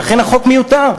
ולכן החוק מיותר.